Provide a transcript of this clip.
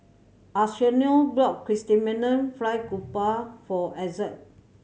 Arsenio brought Chrysanthemum Fried Garoupa for Ezzard